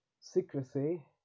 secrecy